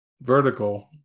vertical